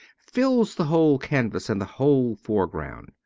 fills the whole canvas and the whole foreground.